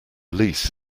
lease